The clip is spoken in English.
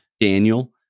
daniel